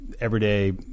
everyday